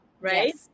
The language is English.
right